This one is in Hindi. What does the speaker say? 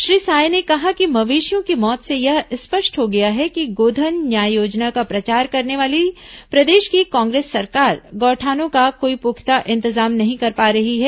श्री साय ने कहा कि मवेशियों की मौत से यह स्पष्ट हो गया है कि गोधन न्याय योजना का प्रचार करने वाली प्रदेश की कांग्रेस सरकार गौठानों का कोई पुख्ता इंतजाम नहीं कर पा रही है